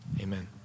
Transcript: Amen